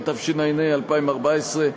התשע"ה 2014,